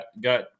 got